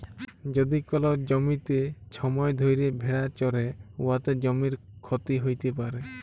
যদি কল জ্যমিতে ছময় ধ্যইরে ভেড়া চরহে উয়াতে জ্যমির ক্ষতি হ্যইতে পারে